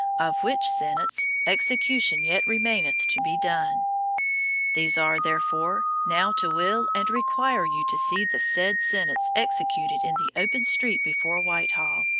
of which sentence execution yet remaineth to be done these are, therefore, now to will and require you to see the said sentence executed in the open street before whitehall,